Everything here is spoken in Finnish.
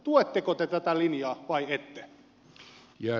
tuetteko te tätä linjaa vai ette